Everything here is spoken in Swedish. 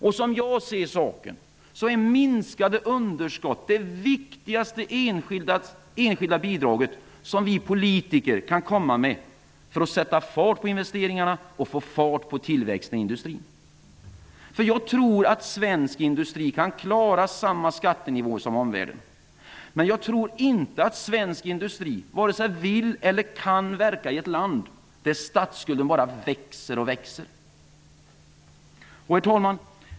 Och som jag ser saken, är minskade underskott det viktigaste enskilda bidraget som vi politiker kan komma med för att sätta fart på investeringarna och få fart på tillväxten i industrin. Jag tror att svensk industri kan klara samma skattenivåer som omvärlden, men jag tror inte att svensk industri vare sig vill eller kan verka i ett land där statsskulden bara växer och växer. Herr talman!